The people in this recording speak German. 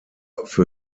für